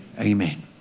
Amen